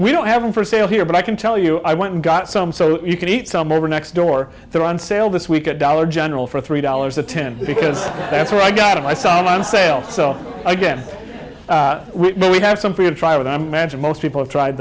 we don't have one for sale here but i can tell you i went and got some so you can eat some over next door they're on sale this week a dollar general for three dollars a ten because that's what i got and i saw it on sale so again we have some for you to try with the magic most people have tried